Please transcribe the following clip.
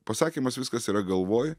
pasakymas viskas yra galvoj